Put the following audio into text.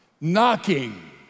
Knocking